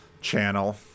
channel